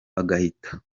agahita